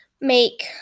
make